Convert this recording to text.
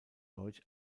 deutsch